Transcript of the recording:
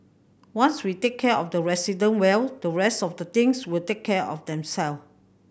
once we take care of the resident well the rest of the things will take care of themselves